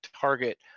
target